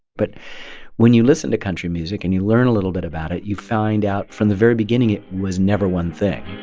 but when you listen to country music and you learn a little bit about it, you find out from the very beginning it was never one thing